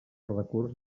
recurs